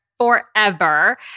forever